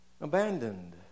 abandoned